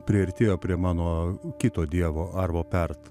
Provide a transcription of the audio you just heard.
priartėjo prie mano kito dievo arvo pert